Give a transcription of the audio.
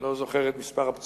אני לא זוכר את מספר הפצועים,